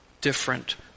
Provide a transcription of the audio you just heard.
different